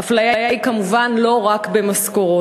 האפליה היא כמובן לא רק במשכורות.